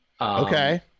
Okay